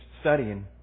studying